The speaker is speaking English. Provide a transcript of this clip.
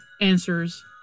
answers